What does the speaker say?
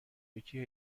یکی